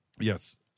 yes